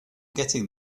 getting